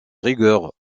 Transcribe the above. rigueur